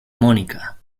mónica